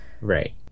Right